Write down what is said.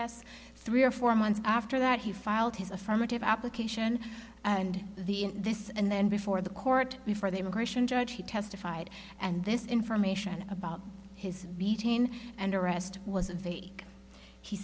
s three or four months after that he filed his affirmative application and the this and then before the court before the immigration judge he testified and this information about his beating and arrest was a vague he